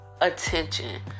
attention